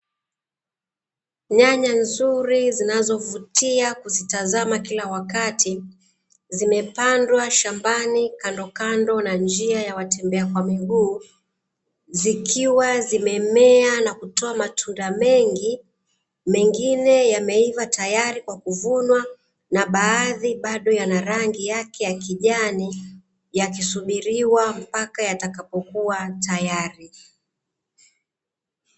Nyanya nzuri zinazovutia kuzitazama kila wakati zimepandwa shambani kandokando na njia ya watembea kwa miguu zikiwa zimemea na kutoa matunda mengi, mengine yameiva tayari kwa kuvunwa na baadhi bado yana rangi yake ya kijani yakisubiriwa mpaka yatakapokuwa tayari.